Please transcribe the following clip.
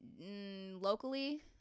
Locally